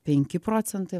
penki procentai